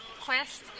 quest